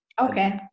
Okay